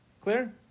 Clear